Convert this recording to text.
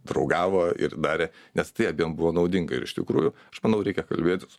draugavo ir darė nes tai abiem buvo naudinga ir iš tikrųjų aš manau reikia kalbėtis